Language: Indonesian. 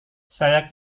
saya